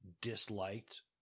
disliked